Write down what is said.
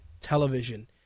television